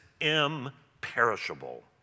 imperishable